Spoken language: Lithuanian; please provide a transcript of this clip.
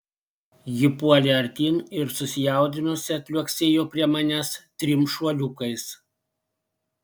ji puolė artyn ir susijaudinusi atliuoksėjo prie manęs trim šuoliukais